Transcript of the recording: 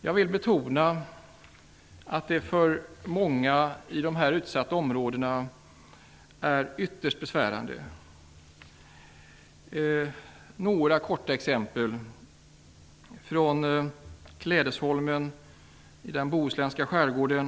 Jag vill betona att det är ytterst besvärligt för många i dessa utsatta områden. Låt mig ta några korta exempel, bl.a. från Klädesholmen i den Bohuslänska skärgården.